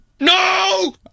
No